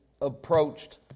approached